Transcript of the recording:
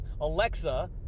Alexa